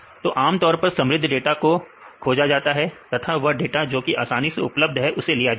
तो आमतौर समृद्ध डाटा को खोजा जाता है तथा वह डाटा जो कि आसानी से उपलब्ध है उसे लिया जाता है